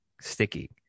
sticky